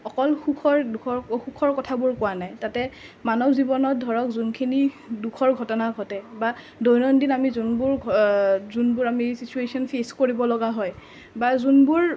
অকল সুখৰ দুখৰ সুখৰ কথাবোৰ কোৱা নাই তাতে মানৱ জীৱনত ধৰক যোনখিনি দুখৰ ঘটনা ঘটে বা দৈনন্দিন আমি যোনবোৰ যোনবোৰ আমি ছিটুৱেশ্বন ফেছ কৰিব লগা হয় বা যোনবোৰ